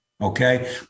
Okay